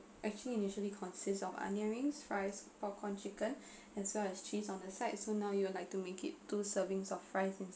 actually initially consists of onion rings fries popcorn chicken as well as cheese on the side so now you would like to make it two servings of fries ins~